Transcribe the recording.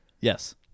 Yes